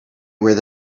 where